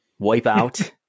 Wipeout